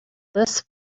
this